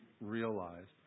realized